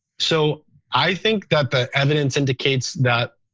so i think that the evidence indicates that